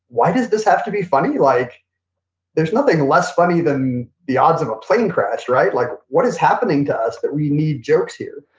why does this have to be funny? like there's nothing less funny than the odds of a plane crash, right? like what is happening to us that we need jokes here?